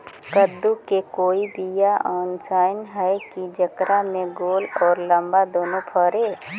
कददु के कोइ बियाह अइसन है कि जेकरा में गोल औ लमबा दोनो फरे?